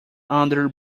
under